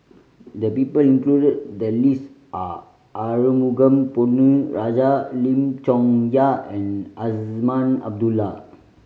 the people included in the list are Arumugam Ponnu Rajah Lim Chong Yah and Azman Abdullah